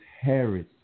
Harris